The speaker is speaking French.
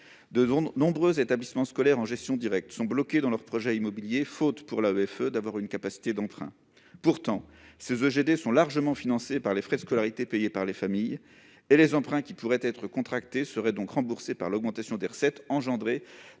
De nombreux établissements scolaires en gestion directe sont bloqués dans leurs projets immobiliers, faute pour l'AEFE d'une capacité d'emprunt. Pourtant, ces EGD sont largement financés par les frais de scolarité payés par les familles ; les emprunts qui pourraient être contractés seraient donc remboursés grâce à l'augmentation des recettes engendrée